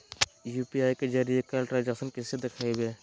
UPI के जरिए कैल ट्रांजेक्शन कैसे देखबै?